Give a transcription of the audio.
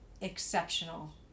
exceptional